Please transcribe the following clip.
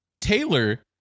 Taylor